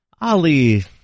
Ali